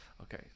Okay